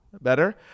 better